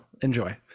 Enjoy